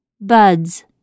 buds